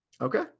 Okay